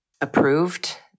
Approved